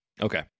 okay